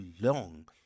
long